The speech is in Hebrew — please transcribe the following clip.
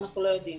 אנחנו לא יודעים.